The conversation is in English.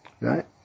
Right